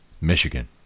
Michigan